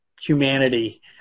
humanity